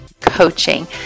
coaching